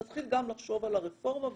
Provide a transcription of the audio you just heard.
נתחיל לחשוב על הרפורמה,